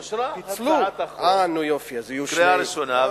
אושרה הצעת החוק בקריאה ראשונה.